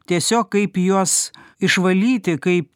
tiesiog kaip juos išvalyti kaip